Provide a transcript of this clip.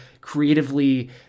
creatively